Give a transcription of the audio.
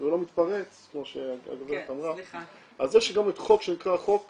ולא מתפרץ, אז יש גם חוק שנקרא חוק